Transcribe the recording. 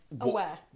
aware